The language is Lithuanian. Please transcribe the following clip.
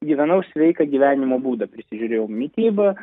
gyvenau sveiką gyvenimo būdą prisižiūrėjau mitybą